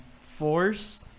force